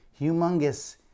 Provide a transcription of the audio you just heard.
humongous